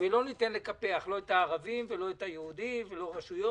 ולא ניתן לקפח לא את הערבים ולא את היהודים ולא רשויות.